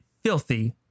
filthy